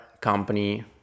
company